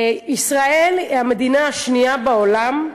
ישראל היא המדינה השנייה בעולם,